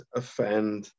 offend